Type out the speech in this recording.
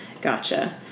Gotcha